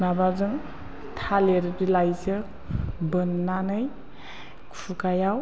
माबाजों थालिर बिलाइजों बोननानै खुगायाव